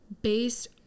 based